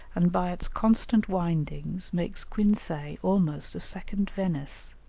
and by its constant windings, makes quinsay almost a second venice.